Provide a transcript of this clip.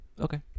Okay